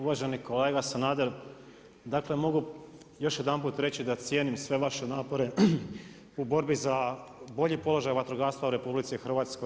Uvaženi kolega Sanader, dakle, mogu još jedanput reći, da cijenim sve vaše napore u borbi za bolji položaj vatrogastva u RH.